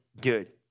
good